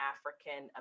African